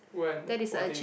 when what thing